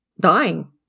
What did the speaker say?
dying